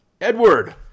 edward